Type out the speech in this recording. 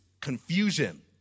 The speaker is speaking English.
confusion